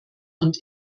und